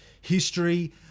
history